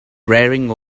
rearing